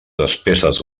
despeses